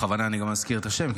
בכוונה אני גם מזכיר את השם,